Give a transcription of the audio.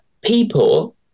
People